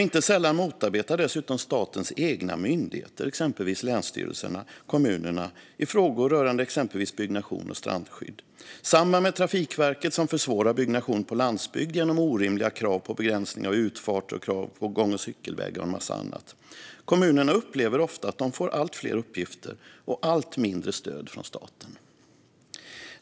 Inte sällan motarbetar dessutom statens egna myndigheter, exempelvis länsstyrelserna, kommunerna i frågor rörande till exempel byggnation och strandskydd. Detsamma gäller Trafikverket, som försvårar byggnation på landsbygd genom orimliga krav på begränsning av utfarter, krav på gång och cykelvägar och en massa annat. Kommunerna upplever ofta att de får allt fler uppgifter och allt mindre stöd från staten.